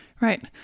Right